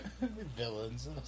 Villains